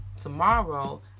tomorrow